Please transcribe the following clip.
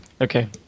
Okay